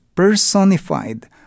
personified